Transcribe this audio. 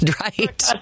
right